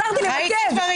עזרתי למקד.